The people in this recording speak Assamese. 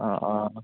অঁ অঁ